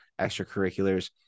extracurriculars